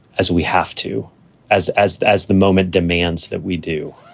as we have to as as as the moment demands that we do.